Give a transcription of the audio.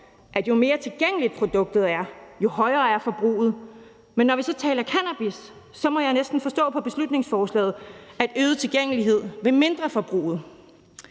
at jo mere tilgængeligt produktet er, jo højere er forbruget. Men når vi så taler cannabis, må jeg næsten forstå på beslutningsforslaget, at øget tilgængelighed vil mindske forbruget.